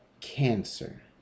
Cancer